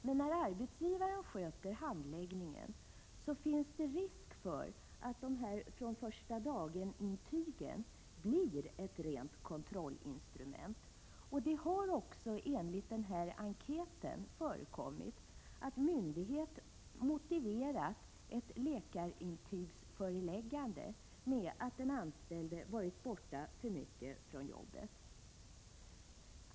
Men när arbetsgivaren sköter handläggningen finns det risk för att dessa från-första-dagen-intygen blir ett rent kontrollinstrument. Det har också enligt den nämnda enkäten förekommit att myndighet motiverat ett läkarintygsföreläggande med att den anställde varit borta för mycket från jobbet.